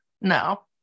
No